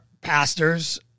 pastors